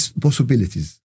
possibilities